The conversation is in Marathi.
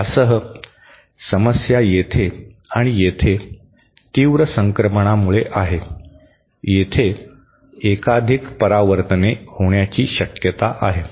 यासह समस्या येथे आणि येथे तीव्र संक्रमणामुळे आहे येथे एकाधिक परावर्तने होण्याची शक्यता आहे